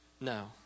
No